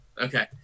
okay